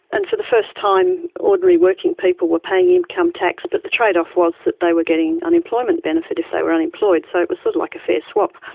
and for the first time, ordinary working people were paying income tax, but the trade-off was that they were getting unemployment benefit if they were unemployed. so it was sort of like a fair swap.